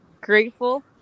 grateful